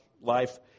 life